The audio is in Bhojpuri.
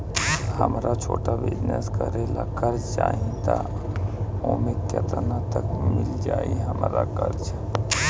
हमरा छोटा बिजनेस करे ला कर्जा चाहि त ओमे केतना तक मिल जायी हमरा कर्जा?